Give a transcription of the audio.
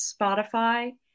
Spotify